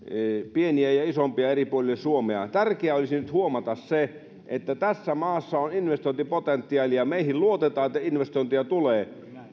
pieniä ja isompia eri puolille suomea tärkeää olisi nyt huomata se että tässä maassa on investointipotentiaalia meihin luotetaan että investointeja tulee